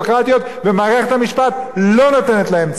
ומערכת המשפט לא נותנת להם צדק,